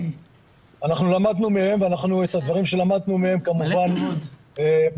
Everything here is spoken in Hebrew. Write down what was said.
אנחנו למדנו מהם ואנחנו את הדברים שלמדנו מהם כמובן מיישמים,